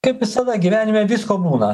kaip visada gyvenime visko būna